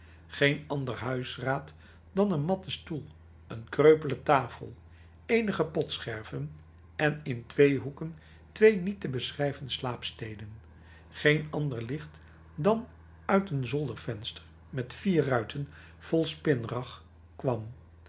geen ander huisraad dan een matten stoel een kreupele tafel eenige potscherven en in twee hoeken twee niet te beschrijven slaapsteden geen ander licht dan dat uit een zoldervenster met vier ruiten vol spinrag kwam